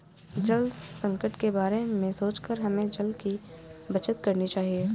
जल संकट के बारे में सोचकर हमें जल की बचत करनी चाहिए